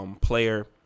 player